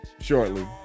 shortly